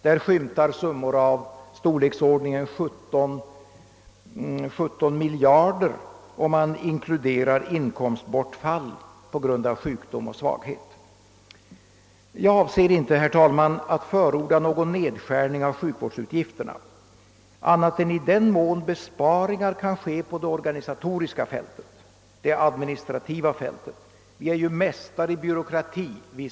Där skymtar summor av storleksordningen 17 miljarder om man inkluderar inkomstbortfall på grund av sjukdom och svaghet. Jag avser inte, herr talman, att förorda någon nedskärning av sjukvårdsutgifterna annat än i den mån besparingar kan ske på det organisatoriska och administrativa fältet. Vi svenskar är ju mästare i byråkrati.